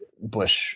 Bush